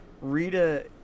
Rita